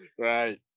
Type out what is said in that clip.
Right